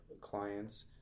clients